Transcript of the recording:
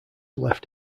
left